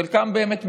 חלקם באמת מיעוט,